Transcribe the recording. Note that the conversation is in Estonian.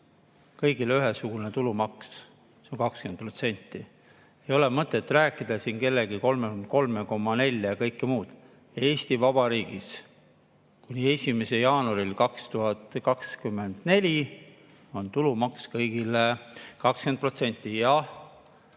kõigile ühesugune tulumaks: see on 20%. Ei ole mõtet rääkida siin, et kellelgi on 33,4% ja kõike muud. Eesti Vabariigis on kuni 1. jaanuarini 2024 tulumaks kõigile 20%. Jah,